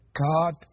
god